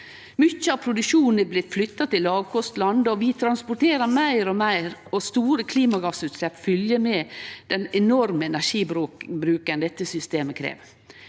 Mykje av produksjonen har blitt flytta til lågkostland, vi transporterer meir og meir, og store klimagassutslepp fylgjer med den enorme energibruken dette systemet krev.